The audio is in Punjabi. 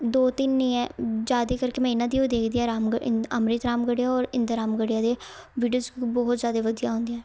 ਦੋ ਤਿੰਨ ਹੀ ਹੈ ਜ਼ਿਆਦਾ ਕਰਕੇ ਮੈਂ ਇਹਨਾਂ ਦੀ ਓ ਦੇਖਦੀ ਆ ਰਾਮਗੜ ਅੰਮ੍ਰਿਤ ਰਾਮਗੜੀਆ ਔਰ ਇੰਦਰ ਰਾਮਗੜੀਆ ਦੇ ਵੀਡੀਓਸ ਬਹੁਤ ਜ਼ਿਆਦਾ ਵਧੀਆ ਹੁੰਦੀਆਂ